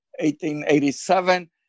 1887